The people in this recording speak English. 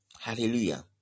hallelujah